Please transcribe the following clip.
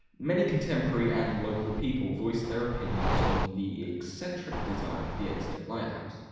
many contemporary and local people voiced their opinions on the eccentric design of the eddystone lighthouse,